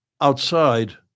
outside